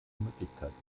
möglichkeiten